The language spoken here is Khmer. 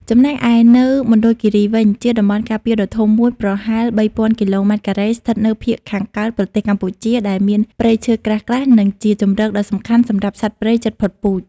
ចំណែកឯនៅមណ្ឌលគិរីវិញ ជាតំបន់ការពារដ៏ធំមួយ ប្រហែល ៣,០០០ គីឡូម៉ែត្រការ៉េ ស្ថិតនៅភាគខាងកើតប្រទេសកម្ពុជា ដែលមានព្រៃឈើក្រាស់ៗ និងជាជម្រកដ៏សំខាន់សម្រាប់សត្វព្រៃជិតផុតពូជ។